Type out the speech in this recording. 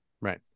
Right